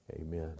Amen